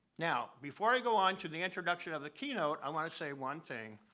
now, before i go on to the introduction of the keynote, i wanna say one thing.